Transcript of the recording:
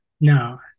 No